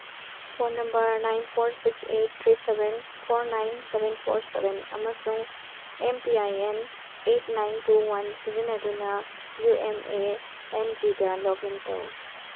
phone number nine four six eight three seven four nine seven four seven ꯑꯃꯁꯨꯡ M P I N eight nine two one ꯁꯤꯖꯤꯟꯅꯗꯨꯅ U M A N ꯖꯤꯗ log in ꯇꯧ